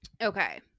Okay